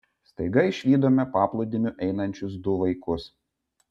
staiga išvydome paplūdimiu einančius du vaikus